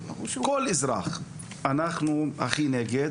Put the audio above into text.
אנחנו הכי נגד.